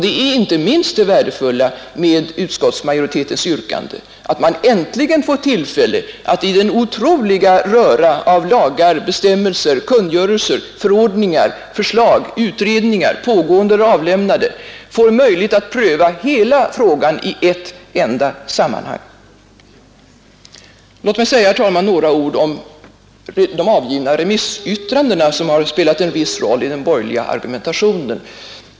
Det är inte det minst värdefulla med utskottsmajoritetens yrkande att man äntligen i den otroliga röran av lagar, bestämmelser, kungörelser, förordningar, förslag och pågående eller avlämnade utredningar får möjlighet att pröva frågan i ett enda sammanhang. Låt mig, herr talman, säga några ord om de avgivna remissyttrandena, som har spelat en viss roll i den borgerliga argumentationen.